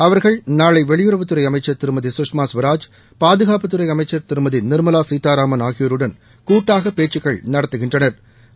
அவர்கள் நாளை வெளியுறவுத்துறை அமைச்ச் திருமதி கஷ்மா ஸ்வராஜ் பாதுகாப்புத்துறை அமைச்சள் திருமதி நிாமலா சீதாராமன் ஆகியோருடன் கூட்டாக பேச்கக்கள் நடத்துகின்றனா்